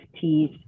teeth